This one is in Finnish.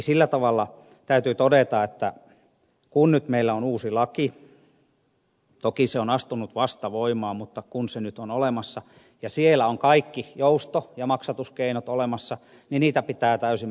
sillä tavalla täytyy todeta että kun meillä nyt on uusi laki toki se on astunut vasta voimaan mutta kun se nyt on olemassa ja siellä on kaikki jousto ja maksatuskeinot olemassa niin niitä pitää täysimääräisesti käyttää